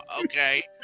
okay